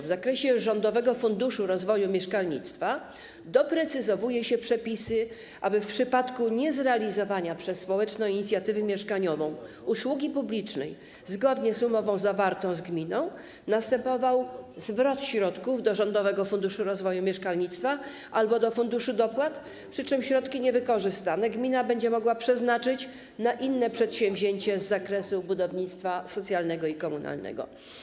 W zakresie rządowego Funduszu Rozwoju Mieszkalnictwa doprecyzowuje się przepisy, aby w przypadku niezrealizowania przez społeczną inicjatywę mieszkaniową usługi publicznej zgodnie z umową zawartą z gminą następował zwrot środków do rządowego Funduszu Rozwoju Mieszkalnictwa albo do Funduszu Dopłat, przy czym środki niewykorzystane gmina będzie mogła przeznaczyć na inne przedsięwzięcie z zakresu budownictwa socjalnego i komunalnego.